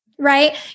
right